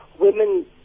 women